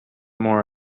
more